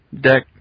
deck